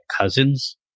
cousins